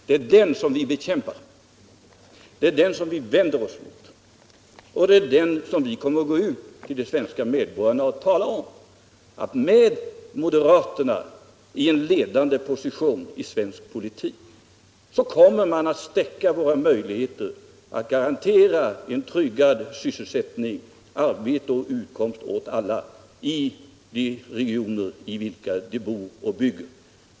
Det är den som vi bekämpar, det är den som vi vänder oss mot och det är den som vi kommer att gå ut till de svenska medborgarna och tala om. Vi kommer att klargöra att med moderaterna i en ledande position i svensk politik kommer man inte att stärka våra möjligheter att garantera en tryggad sysselsättning, arbete och utkomst åt alla i de regioner i vilka de bor och bygger.